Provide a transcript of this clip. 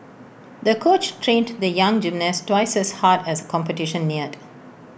the coach trained the young gymnast twice as hard as the competition neared